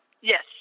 Yes